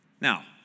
Now